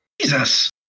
Jesus